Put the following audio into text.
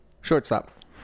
Shortstop